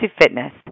Fitness